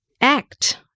act